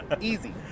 easy